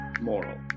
moral